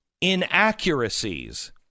inaccuracies